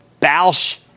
Balsh